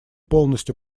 полностью